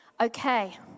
Okay